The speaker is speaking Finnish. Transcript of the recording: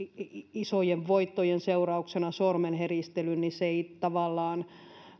isojen voittojen seurauksena sormen heristelyn koska se ei tavallaan